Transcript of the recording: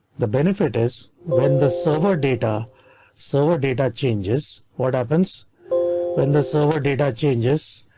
the benefit is when the server data server data changes. what happens when the server data changes?